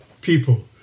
people